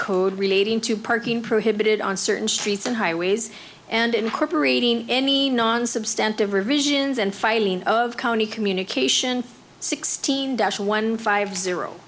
code relating to parking prohibited on certain streets and highways and incorporating any non substantive revisions and filing of county communication sixteen dash one five zero